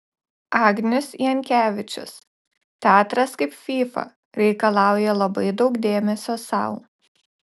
agnius jankevičius teatras kaip fyfa reikalauja labai daug dėmesio sau